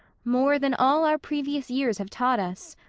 more than all our previous years have taught us.